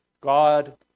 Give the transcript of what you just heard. God